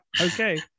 Okay